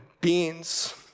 beings